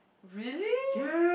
really